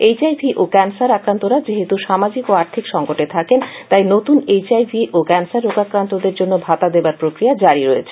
H I V ও cancer আক্রান্তরা যেহেতু সামাজিক ও আর্থিক সংকটে থাকেন তাই নতুন এইচ আই ভি ও ক্যান্সার রোগাক্রান্তদের জন্য ভাতা দেবার প্রক্রিয়া জারি রয়েছে